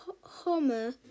Homer